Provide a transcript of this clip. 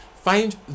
find